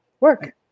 work